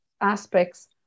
aspects